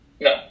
no